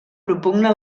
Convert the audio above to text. propugna